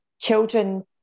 children